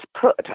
put